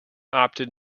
opted